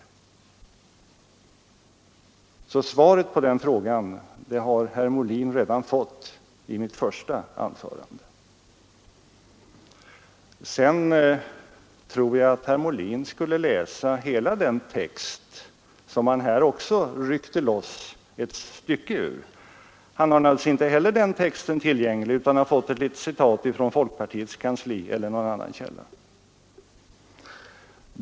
Svaret på den frågan har herr Molin alltså redan fått i mitt första anförande. Sedan tror jag att herr Molin bör läsa hela den text som han nu ryckte loss ett stycke ur. Han har naturligtvis inte heller den texten tillgänglig utan har fått ett litet citat från folkpartiets kansli eller någon annan källa.